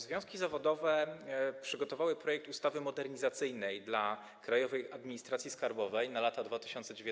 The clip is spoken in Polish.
Związki zawodowe przygotowały projekt ustawy modernizacyjnej dla Krajowej Administracji Skarbowej na lata 2019–2024.